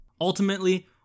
Ultimately